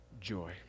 joy